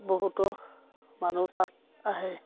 বহুতো মানুহ তাত আহে